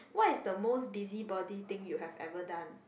what is the most busybody thing you have ever done